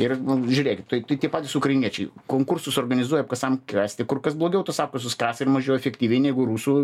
ir žiūrėkit tai tai tie patys ukrainiečiai konkursus organizuoja apkasam kasti kur kas blogiau tuos apkasus kasa ir mažiau efektyviai negu rusų